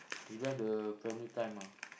you don't have the family time ah